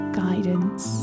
guidance